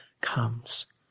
comes